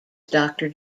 doctor